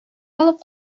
алып